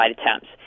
attempts